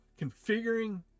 configuring